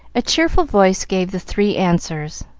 a cheerful voice gave the three answers,